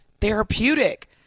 therapeutic